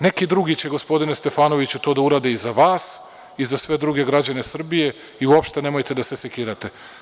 Neki drugi će, gospodine Stefanoviću, to da uradi za vas i za sve druge građane Srbije i uopšte nemojte da se sekirate.